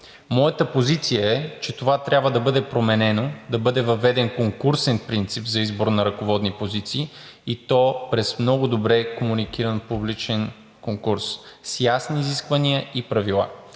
Моята позиция е, че това трябва да бъде променено, да бъде въведен конкурсен принцип за избор на ръководни позиции, и то през много добре комуникиран публичен конкурс – с ясни изисквания и правила.